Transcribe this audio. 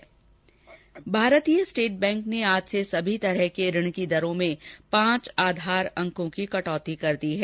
भारतीय State Bank ने आज से सभी तरह के ऋण की दरों में पांच आधार अंकों की कटौती कर दी है